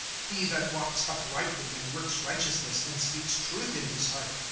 he that walks uprightly, and works righteousness. and speaks truth in his heart.